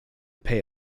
pay